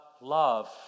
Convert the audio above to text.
love